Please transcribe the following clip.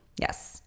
Yes